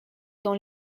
dans